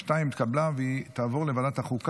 אושרה בקריאה הראשונה ותעבור לדיון בוועדת הכלכלה